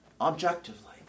objectively